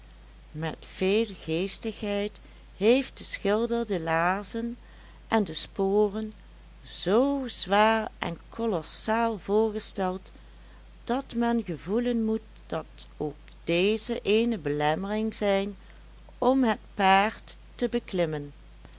met veel geestigheid heeft de schilder de laarzen en de sporen z zwaar en kolossaal voorgesteld dat men gevoelen moet dat ook deze eene belemmering zijn om het paard te beklimmen